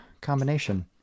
combination